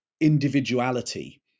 individuality